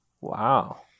Wow